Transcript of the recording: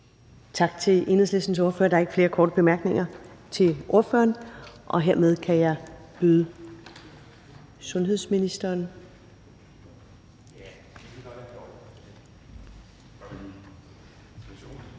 Tak til Enhedslistens ordfører. Der er ikke flere korte bemærkninger til ordføreren, og hermed kan jeg byde sundhedsministeren